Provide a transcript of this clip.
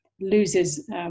loses